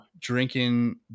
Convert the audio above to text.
drinking